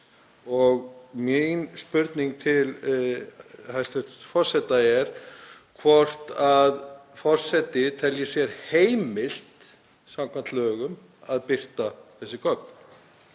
Mín spurning til hæstv. forseta er hvort að forseti telji sér heimilt samkvæmt lögum að birta þessi gögn,